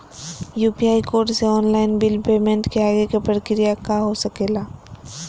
UPI code से online bill payment के आगे के प्रक्रिया का हो सके ला?